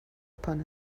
upon